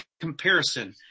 comparison